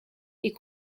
est